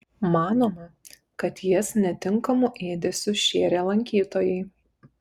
manoma kad jas netinkamu ėdesiu šėrė lankytojai